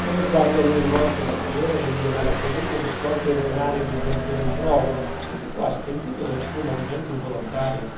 nello sguardo a lui rivolto dal priore egli aveva creduto di scorgere un'aria di mezzo rimprovero e fu quasi pentito del suo movimento involontario